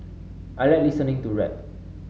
I like listening to rap